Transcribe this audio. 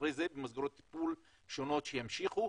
אחרי זה מסגרות טיפול שונות שימשיכו.